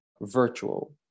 virtual